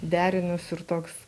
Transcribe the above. derinius ir toks